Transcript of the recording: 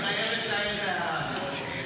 היית חייבת להעיר את ההערה הזאת.